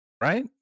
right